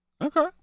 Okay